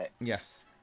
Yes